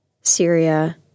Syria